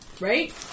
right